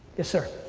yes, sir.